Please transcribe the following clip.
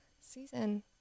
Season